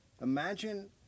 imagine